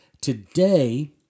Today